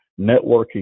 networking